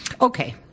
okay